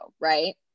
right